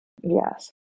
Yes